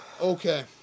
Okay